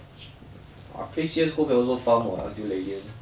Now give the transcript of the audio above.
I play C_S G_O can also farm what until late game